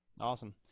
awesome